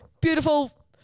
beautiful